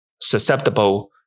susceptible